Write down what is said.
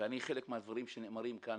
וחלק מהדברים שנאמרים כאן,